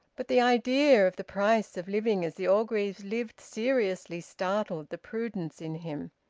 but the idea of the price of living as the orgreaves lived seriously startled the prudence in him.